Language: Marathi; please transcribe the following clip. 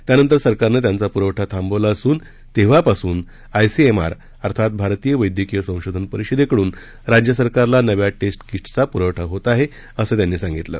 त्यानंतर सरकारनं त्यांचा पुरवठा थांबवला असून तेव्हापासून आयसीएमआर अर्थात भारतीय वैद्यकाय संशोधन परिषदेकडून राज्यसरकारला नव्या टेस्ट कीट्सचा पुरवठा होत आहे असं त्यांनी सांगितलं